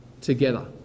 together